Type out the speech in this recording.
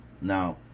Now